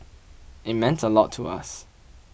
it meant a lot to us